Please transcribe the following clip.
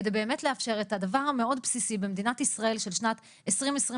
כדי אמת לאפשר את הדבר המאוד בסיסי במדינת ישראל של שנת 2022,